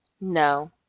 no